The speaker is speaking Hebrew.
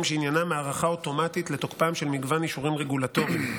שעניינם הארכה אוטומטית של תוקפם של מגוון אישורים רגולטוריים,